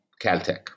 Caltech